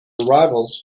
arrival